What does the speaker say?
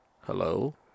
Hello